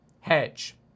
hedge